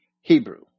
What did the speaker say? Hebrew